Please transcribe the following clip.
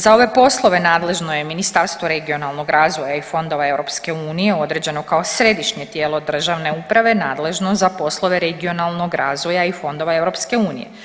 Za ove poslove nadležno je Ministarstvo regionalnog razvoja i fondova EU određeno kao središnje tijelo državne uprave nadležno za poslove regionalnog razvoja i fondova EU.